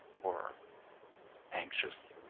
or anxious,